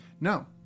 No